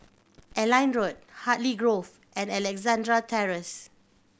Airline Road Hartley Grove and Alexandra Terrace